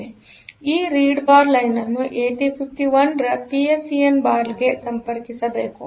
ಆದ್ದರಿಂದ ಆ read bar line ಅನ್ನು 8051ರ ಪಿಎಸ್ಇಎನ್ ಬಾರ್ ಸಾಲಿಗೆ ಸಂಪರ್ಕಿಸಬೇಕು